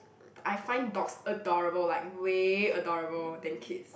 I find dogs adorable like way adorable than kids